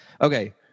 Okay